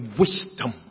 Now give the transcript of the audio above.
wisdom